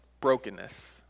brokenness